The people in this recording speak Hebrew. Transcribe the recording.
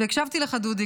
הקשבתי לך, דודי.